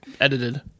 edited